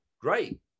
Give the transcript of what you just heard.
Great